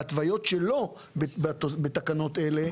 להתוויות שלא כלולות בתקנות אלה